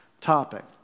topic